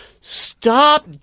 stop